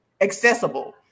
accessible